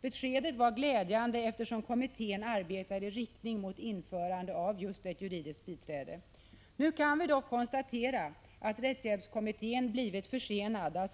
Beskedet var glädjande, eftersom kommittén arbetar just i riktning mot införande av ett juridiskt biträde. Nu kan vi dock konstatera att rättshjälpskommittén blivit försenad.